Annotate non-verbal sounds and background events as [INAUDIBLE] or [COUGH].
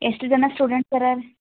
ಎಷ್ಟು ಜನ ಸ್ಟೂಡೆಂಟ್ [UNINTELLIGIBLE]